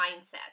mindset